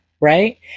right